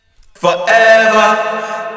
Forever